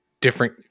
different